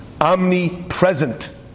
omnipresent